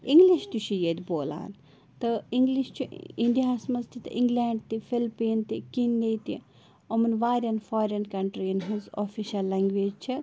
English تہِ چھُ ییٚتہِ بولان تہٕ اِنٛگلِش چھُ اِنڈیاہَس منٛز تہِ تہِ اِنٛگلینٛڈ تہِ فِلپِیَن تہِ کِنیے تہِ یِمَن واریاہَن فارِن کنٹِرٛیَن ہٕنٛز آفِشَل لینٛگویج چھِ